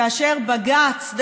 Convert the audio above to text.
בג"ץ,